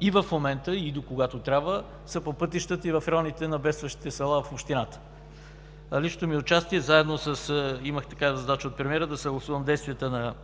и в момента, и докогато трябва, са по пътищата и в районите на бедстващите села в общината. Личното ми участие – имах задача от премиера да съгласувам действията на